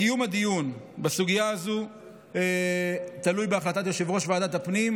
קיום הדיון בסוגיה הזו תלוי בהחלטת יושב-ראש ועדת הפנים.